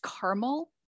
caramel